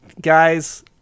guys